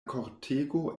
kortego